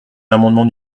l’amendement